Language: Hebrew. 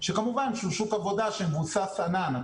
שכמובן שהוא שוק עבודה שמבוסס ענן.